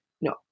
No